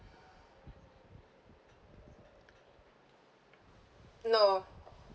no